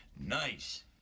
Nice